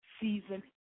season